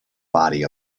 body